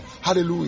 Hallelujah